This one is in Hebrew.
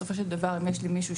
בסופו של דבר אם יש לי מישהו,